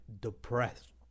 depressed